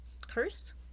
curse